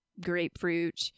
grapefruit